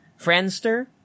Friendster